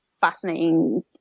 fascinating